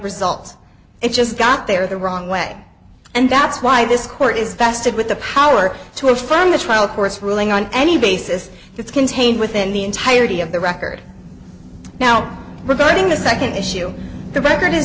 result it just got there the wrong way and that's why this court is vested with the power to affirm the trial court's ruling on any basis that's contained within the entirety of the record now regarding the second issue the record is